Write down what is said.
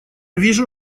вижу